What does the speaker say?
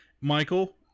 Michael